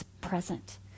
present